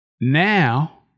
Now